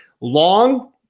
long